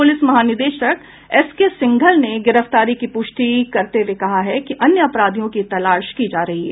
police महानिदेशक S K Singhal ने गिरफ्तारी की पुष्टि करते हुये कहा है कि अन्य अपराधियों की तलाश की जा रही है